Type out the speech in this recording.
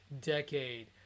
decade